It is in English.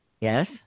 Yes